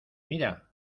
mira